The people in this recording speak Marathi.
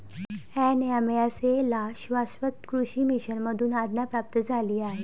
एन.एम.एस.ए ला शाश्वत कृषी मिशन मधून आज्ञा प्राप्त झाली आहे